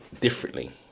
differently